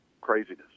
craziness